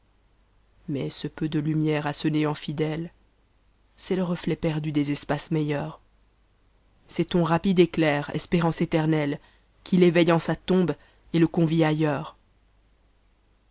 mais ce peu de um ère à ce néant fidèle c'est le reflet perdu des espaces meilleurs c'est ton rapide éclair espérance éterbeiîe qui ï'éveïue en sa tombe et le convie atileors